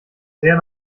sehr